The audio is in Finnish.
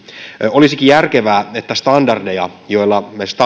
olisikin järkevää että standardeja joilla me